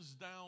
down